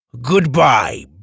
Goodbye